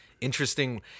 interesting